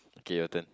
okay your turn